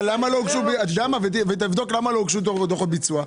תבדוק למה לא הוגשו דוחות ביצוע.